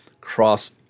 cross